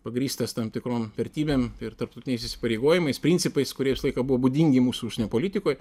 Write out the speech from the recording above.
pagrįstas tom tikrom vertybėm ir tarptautiniais įsipareigojimais principais kurie visą laiką buvo būdingi mūsų užsienio politikoj